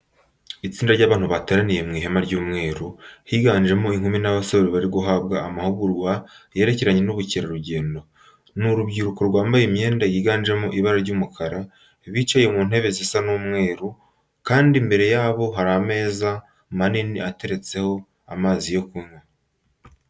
Itsinda ry'abantu bateraniye mu ihema ry'umweru, higanjemo inkumi n'abasore bari guhabwa amahugurwa yerekeranye n'ubukerarugendo. Ni urubyiruko rwambaye imyenda yiganjemo ibara ry'umukara, bicaye mu ntebe zisa umweru kandi imbere yabo hari ameza maanini ateretseho amazi yo kunywa.